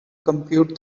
compute